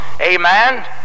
Amen